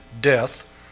death